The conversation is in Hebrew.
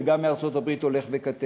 וגם מארצות-הברית הוא הולך וקטן.